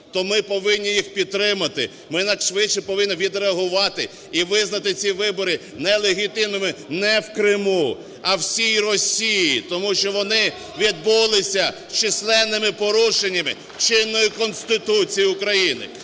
То ми повинні їх підтримати, ми якнайшвидше повинні відреагувати і визнати ці вибори нелегітимними не в Криму, а всій Росії, тому що вони відбулися з численними порушеннями чинної Конституції України,